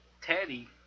Teddy